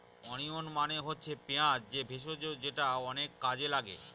onion মানে হচ্ছে পেঁয়াজ যে ভেষজ যেটা অনেক কাজে লাগে